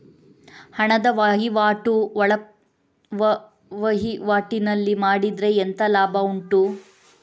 ಹಣದ ವಹಿವಾಟು ಒಳವಹಿವಾಟಿನಲ್ಲಿ ಮಾಡಿದ್ರೆ ಎಂತ ಲಾಭ ಉಂಟು?